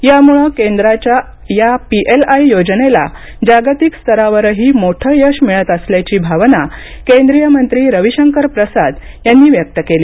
यामुळे केंद्राच्या या पी एल आय योजनेला जागतिक स्तरावर ही मोठ यश मिळत असल्याची भावना केंद्रीय मंत्री रवी शंकर प्रसाद यांनी व्यक्त केली